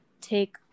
take